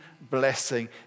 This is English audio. blessing